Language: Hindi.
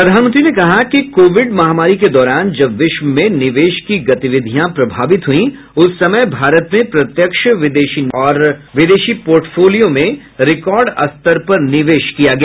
प्रधानमंत्री ने कहा कि कोविड महामारी के दौरान जब विश्व में निवेश की गतिविधियां प्रभावित हुई उस समय भारत में प्रत्यक्ष विदेशी और विदेशी पोर्टफोलियों में रिकॉर्ड स्तर पर निवेश किया गया